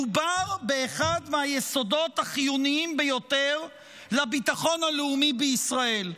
מדובר באחד מהיסודות החיוניים ביותר לביטחון הלאומי בישראל.